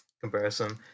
comparison